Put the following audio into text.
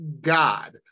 God